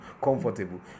comfortable